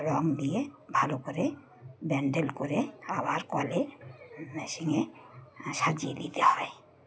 রঙ দিয়ে ভালো করে ব্যান্ডেল করে আবার কলে মেশিংয়ে সাজিয়ে দিতে হয়